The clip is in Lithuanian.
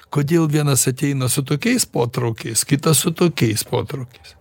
kodėl vienas ateina su tokiais potraukiais kitas su tokiais protraukiais